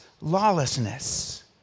lawlessness